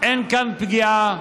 אין כאן פגיעה,